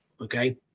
okay